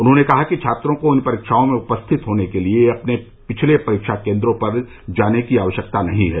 उन्होंने कहा कि छात्रों को इन परीक्षाओं में उपस्थित होने के लिए अपने पिछले परीक्षा केंद्रों पर जाने की आवश्यकता नहीं है